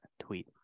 tweet